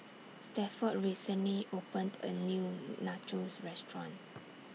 Stafford recently opened A New Nachos Restaurant